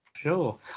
sure